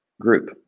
group